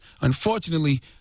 Unfortunately